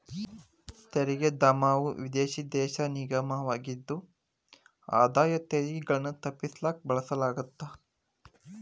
ತೆರಿಗೆ ಧಾಮವು ವಿದೇಶಿ ದೇಶ ನಿಗಮವಾಗಿದ್ದು ಆದಾಯ ತೆರಿಗೆಗಳನ್ನ ತಪ್ಪಿಸಕ ಬಳಸಲಾಗತ್ತ